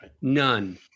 none